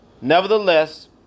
Nevertheless